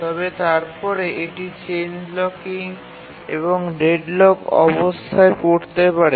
তবে তারপরে এটি চেইন ব্লকিং এবং ডেডলক অবস্থায় পরতে পারে